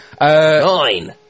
nine